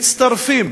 מצטרפים